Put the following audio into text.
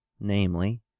Namely